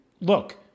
look